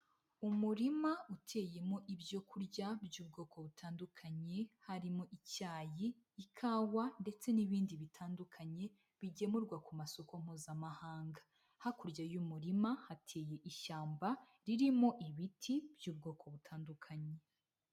Umurima uteyemo ibyo kurya by'ubwoko butandukanye, harimo icyayi, ikawa, ndetse n'ibindi bitandukanye bigemurwa ku masoko mpuzamahanga, hakurya y'umurima hateye ishyamba ririmo ibiti by'ubwoko butandukanye.